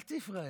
אל תהיה פראייר,